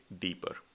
deeper